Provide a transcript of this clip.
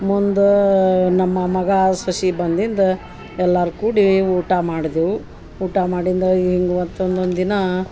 ಮುಂದಾ ನಮ್ಮ ಮಗ ಸೊಸೆ ಬಂದಿಂದ್ ಎಲ್ಲಾರ ಕೂಡಿ ಊಟ ಮಾಡಿದೆವು ಊಟ ಮಾಡಿಂದ ಹಿಂಗ ಹೊತ್ತು ಒಂದೊಂದು ದಿನ